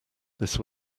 this